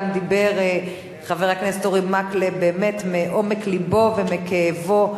גם דיבר חבר הכנסת אורי מקלב באמת מעומק לבו ומכאבו,